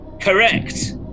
Correct